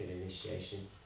initiation